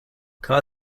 car